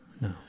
No